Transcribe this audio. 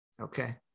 okay